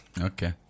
Okay